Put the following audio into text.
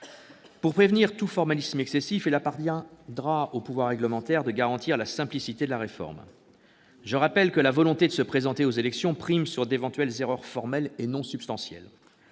Pour prévenir tout formalisme excessif, il appartiendra au pouvoir réglementaire de garantir la simplicité de la réforme. Je rappelle que la volonté de se présenter aux élections prime d'éventuelles erreurs formelles et non substantielles.